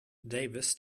davis